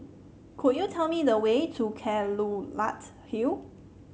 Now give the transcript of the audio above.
could you tell me the way to Kelulut Hill